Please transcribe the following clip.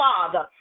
Father